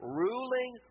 ruling